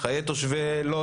חיי תושבי לוד,